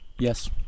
Yes